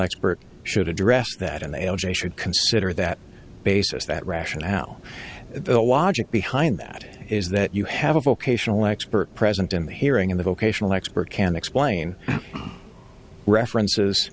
expert should address that and they all j should consider that basis that rationale the logic behind that is that you have a vocational expert present in the hearing in the vocational expert can explain references